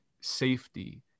safety